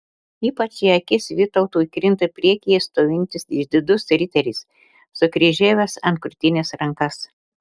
ypač į akis vytautui krinta priekyje stovintis išdidus riteris sukryžiavęs ant krūtinės rankas